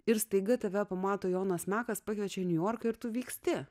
ir staiga tave pamato jonas mekas pakviečiau į niujorką ir tu vyksti